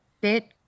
bit